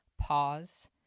pause